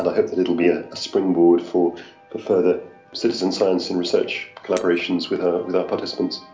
and i hope that it will be ah a springboard for a further citizen science and research collaborations with ah with our participants.